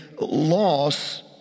loss